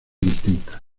distintas